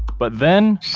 but then,